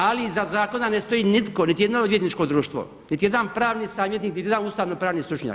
Ali iza zakona ne stoji nitko, niti jedno odvjetničko društvo, niti jedan pravni savjetnik, niti jedan ustavno-pravni stručnjak.